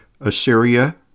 Assyria